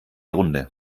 runde